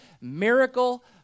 miracle